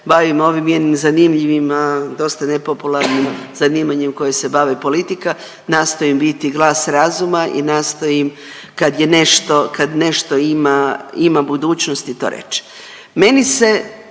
bavim ovim jednim zanimljivim dosta nepopularnim zanimanjem koje se bavim politika nastojim biti glas razuma i nastojim kad je nešto, kad nešto ima ima budućnosti i to reći.